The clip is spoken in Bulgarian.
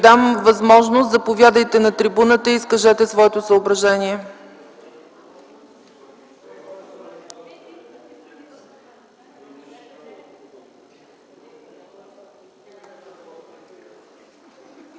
дам възможност, заповядайте на трибуната и изкажете своето съображение.